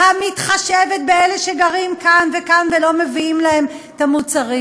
המתחשבת באלה שגרים כאן וכאן ולא מביאים להם את המוצרים.